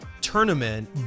tournament